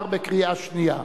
לא נתקבלה.